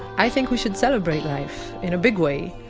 i think we should celebrate life. in a big way.